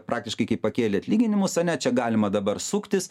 praktiškai kai pakėlė atlyginimus ane čia galima dabar suktis